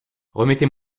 remettez